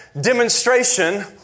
demonstration